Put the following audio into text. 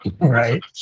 right